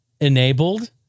enabled